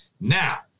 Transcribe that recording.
Now